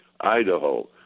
Idaho